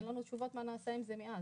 אין לנו תשובות מה נעשה עם זה מאז.